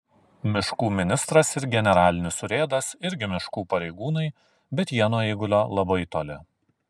miškų ministras ir generalinis urėdas irgi miškų pareigūnai bet jie nuo eigulio labai toli